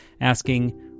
asking